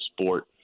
sport